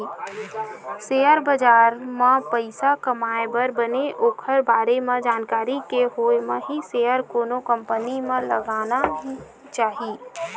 share बजार म पइसा कमाए बर बने ओखर बारे म जानकारी के होय म ही सेयर कोनो कंपनी म लगाना चाही